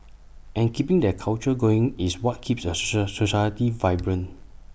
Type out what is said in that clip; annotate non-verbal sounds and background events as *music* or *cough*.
and keeping that culture going is what keeps A *unintelligible* society vibrant